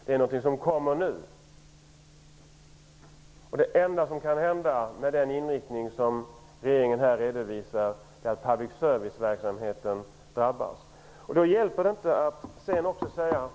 Det är någonting som kommer nu. Det enda som kan hända med den inriktning som regeringen här redovisar är att public service-verksamheten drabbas. Tack!